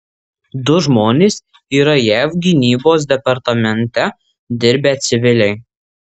du žmonės yra jav gynybos departamente dirbę civiliai